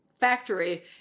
factory